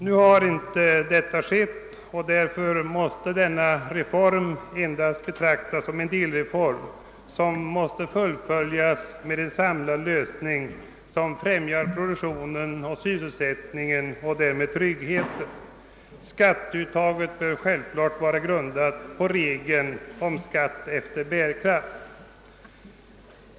Så har inte blivit fallet, och därför måste denna reform betraktas som endast en delreform, vilken måste fullföljas med en samlad lösning, som främjar produktionen och sysselsättningen och därmed tryggheten. Skatteuttaget bör självfallet vara grundat på regeln om skatt efter bärkraft.